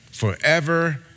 forever